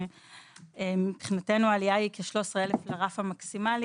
שמבחינתנו העלייה היא כ-13,000 לרף המקסימלי